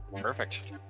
Perfect